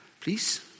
please